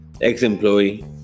ex-employee